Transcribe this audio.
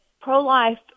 pro-life